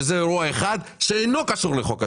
שזה אירוע אחד שאינו קשור לחוק השבות,